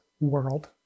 world